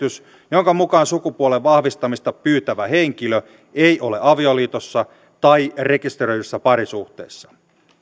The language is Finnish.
jonka mukaan sukupuolen vahvistamista pyytävä henkilö ei ole avioliitossa tai rekisteröidyssä parisuhteessa